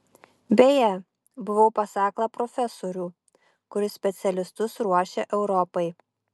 beje buvau pas aklą profesorių kuris specialistus ruošia europai